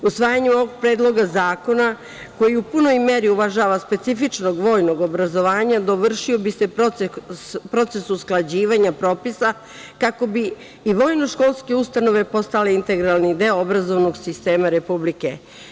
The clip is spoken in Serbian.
Usvajanjem ovog Predloga zakona koji u punoj meri uvažava specifično vojno obrazovanje dovršio bi se proces usklađivanja propisa kako bi i vojno školske ustanove postale integralni deo obrazovnog sistema Republike.